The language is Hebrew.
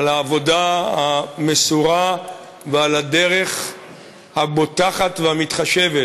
על העבודה המסורה ועל הדרך הבוטחת והמתחשבת